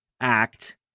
act